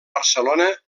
barcelona